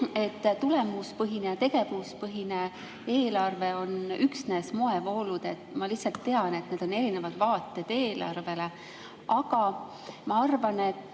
tulemuspõhine ja tegevuspõhine eelarve on üksnes moevoolud. Ma lihtsalt tean, et need on erinevad vaated eelarvele. Aga ma arvan, et